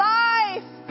life